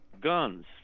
guns